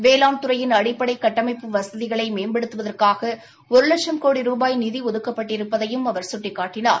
வேளாண் துறையின் அடிப்படை கட்டமைப்பு வசதிகளை மேம்படுத்துதற்காக ஒரு வட்சம் கோடி ரூபாய் நிதி ஒதுக்கப்பட்டிருப்பதையும் அவர் சுட்டிகாட்டினார்